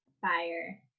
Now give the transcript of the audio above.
fire